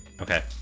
Okay